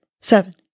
seven